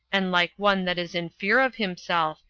and like one that is in fear of himself,